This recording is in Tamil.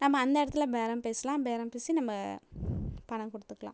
நம்ம அந்த இடத்துல பேரம் பேசலாம் பேரம் பேசி நம்ம பணம் கொடுத்துக்கலாம்